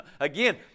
Again